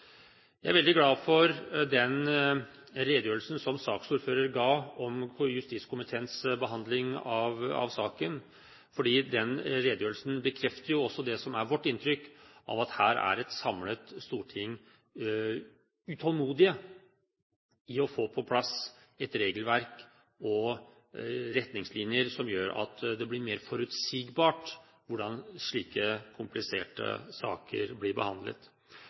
Jeg er veldig glad for den redegjørelsen som saksordføreren ga om justiskomiteens behandling av saken, fordi den redegjørelsen bekrefter også det som er vårt inntrykk, at her er et samlet storting utålmodig etter å få på plass et regelverk og retningslinjer som gjør at det blir mer forutsigbart hvordan slike kompliserte saker